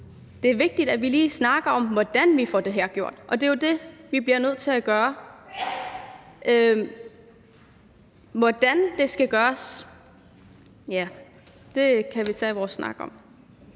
Det er vigtigt, at vi lige snakker om, hvordan vi får det her gjort, og det er jo det, vi bliver nødt til at gøre. Hvordan det skal gøres? Ja, det kan vi tage en snak om.